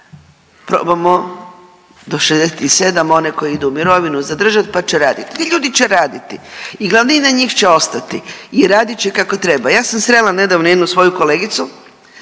probamo do 67 one koji idu u mirovinu zadržat pa će radit, ti ljudi će raditi i glavnina njih će ostati i radit će kako treba. Ja sam srela nedavno jednu svoju kolegicu